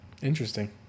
Interesting